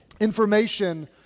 information